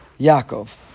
Yaakov